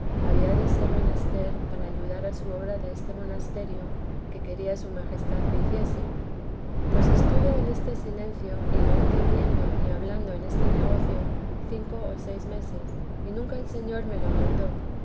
había de ser menester para ayudar a su obra deste monasterio que quería su majestad se hiciese pues estuve en este silencio y no entendiendo ni hablando este negocio cinco o seis meses y nunca el señor me lo mandó